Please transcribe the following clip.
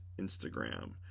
Instagram